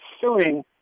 suing